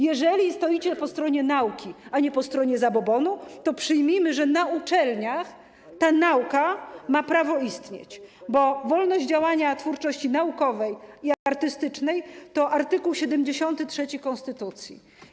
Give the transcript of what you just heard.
Jeżeli stoicie po stronie nauki, a nie po stronie zabobonu, to przyjmijmy, że na uczelniach ta nauka ma prawo istnieć, bo wolność działania twórczości naukowej i artystycznej to art. 73 konstytucji.